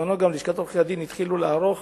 כשהתחילו בלשכת עורכי-הדין לערוך